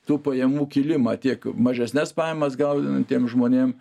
tų pajamų kilimą tiek mažesnes pajamas gaunantiem žmonėm